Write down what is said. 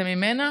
זה ממנה.